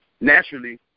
naturally